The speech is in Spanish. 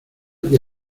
que